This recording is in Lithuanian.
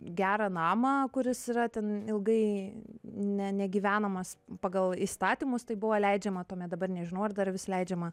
gerą namą kuris yra ten ilgai ne negyvenamas pagal įstatymus tai buvo leidžiama tuomet dabar nežinau ar dar vis leidžiama